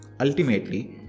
Ultimately